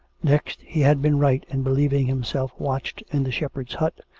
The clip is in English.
next, he had been right in believing himself watched in the shepherd's hut,